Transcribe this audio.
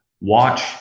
watch